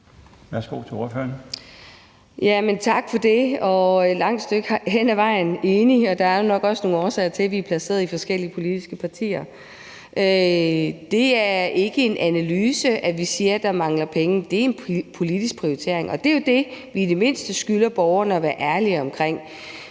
tak for det. Et langt stykke hen ad vejen er jeg enig, men der er nok også nogle årsager til, at vi er placeret i forskellige politiske partier. Det er ikke en analyse, når vi siger, at der mangler penge. Det er en politisk prioritering, og det er jo det, vi i det mindste skylder borgerne at være ærlige om.